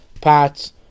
Pats